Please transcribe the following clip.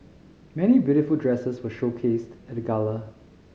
many beautiful dresses were showcased at the gala